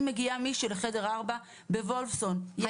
אם מגיעה מישהו לחדר ארבע בוולפסון והוא מתוקצב לכל ערב.